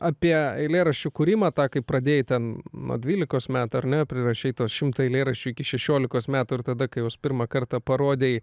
apie eilėraščių kūrimą tą kai pradėjai ten nuo dvylikos metų ar ne prirašei tuos šimtą eilėraščių iki šešiolikos metų ir tada kai juos pirmą kartą parodei